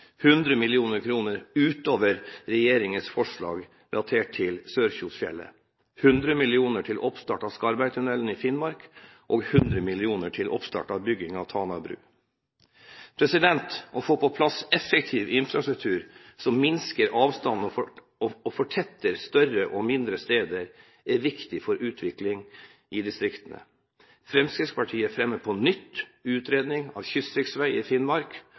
100 mill. kr utover regjeringens forslag relatert til Sørkjosfjellet, 100 mill. kr til oppstart av Skarvbergtunnelen i Finnmark og 100 mill. kr til oppstart av bygging av Tana bru. Å få på plass en effektiv infrastruktur som minsker avstandene og fortetter større og mindre steder, er viktig for utvikling i distriktene. Fremskrittspartiet foreslår på nytt utredning av kystriksvei i Finnmark